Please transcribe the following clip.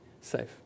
safe